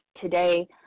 Today